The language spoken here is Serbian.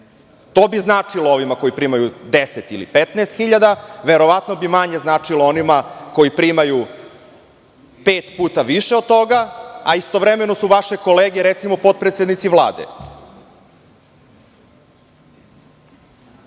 To bi značilo ovima koji primaju 10 ili 15 hiljada, a verovatno bi manje značilo onima koji primaju pet puta više od toga, a istovremeno su vaše kolege, recimo, potpredsednici